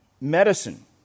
medicine